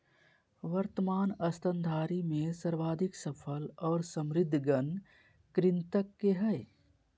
वर्तमान स्तनधारी में सर्वाधिक सफल और समृद्ध गण कृंतक के हइ